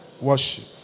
worship